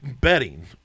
betting